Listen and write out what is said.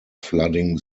flooding